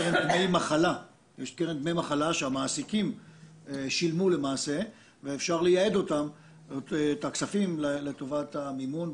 קרן דמי מחלה שהמעסיקים שילמו ואפשר לייעד את הכספים לטובת המימון.